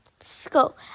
School